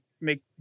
make